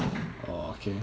okay